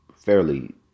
fairly